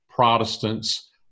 Protestants